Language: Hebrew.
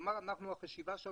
כלומר, החשיבה שלנו